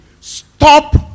Stop